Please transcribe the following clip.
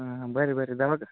ಹಾಂ ಬನ್ರಿ ಬನ್ರಿ ದವಾಕ್